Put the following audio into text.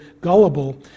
gullible